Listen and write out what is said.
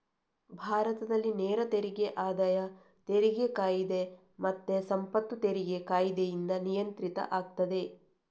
ಭಾರತದಲ್ಲಿ ನೇರ ತೆರಿಗೆ ಆದಾಯ ತೆರಿಗೆ ಕಾಯಿದೆ ಮತ್ತೆ ಸಂಪತ್ತು ತೆರಿಗೆ ಕಾಯಿದೆಯಿಂದ ನಿಯಂತ್ರಿತ ಆಗ್ತದೆ